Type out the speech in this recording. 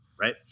right